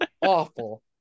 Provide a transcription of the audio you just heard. awful